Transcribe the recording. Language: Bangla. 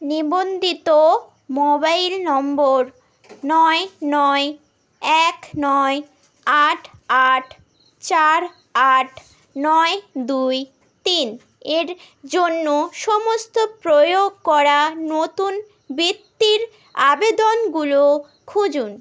নিবন্ধিত মোবাইল নম্বর নয় নয় এক নয় আট আট চার আট নয় দুই তিন এর জন্য সমস্ত প্রয়োগ করা নতুন বৃত্তির আবেদনগুলো খুঁজুন